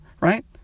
right